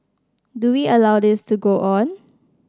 do we allow this to go on